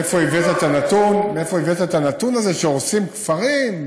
מאיפה הבאת את הנתון הזה שהורסים כפרים?